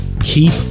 keep